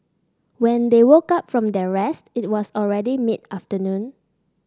when they woke up from their rest it was already mid afternoon